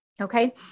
Okay